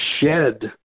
shed